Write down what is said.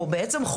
או בעצם,